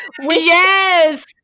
Yes